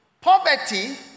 poverty